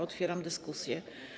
Otwieram dyskusję.